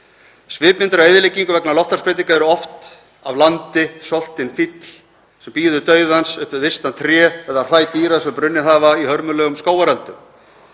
Svipmyndir af eyðileggingu vegna loftslagsbreytinga eru oft af landi, soltinn fíll sem bíður dauðans upp við visnað tré eða hræ dýra sem brunnið hafa í hörmulegum skógareldum,